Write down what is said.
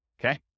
okay